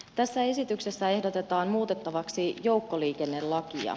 tässä esityksessä ehdotetaan muutettavaksi joukkoliikennelakia